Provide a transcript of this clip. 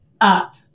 up